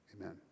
amen